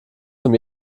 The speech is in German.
zum